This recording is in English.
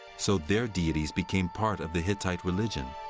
so their deities became part of the hittite religion.